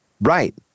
Right